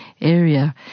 area